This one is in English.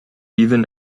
even